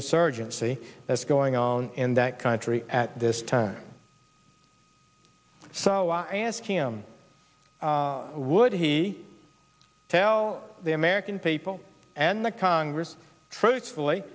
insurgency that's going on and country at this time so i asked him would he tell the american people and the congress truthfully